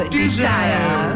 desire